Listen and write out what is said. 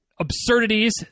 absurdities